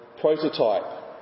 prototype